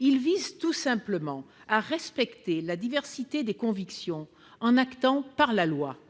il vise tout simplement à respecter la diversité des convictions en actant par la loi,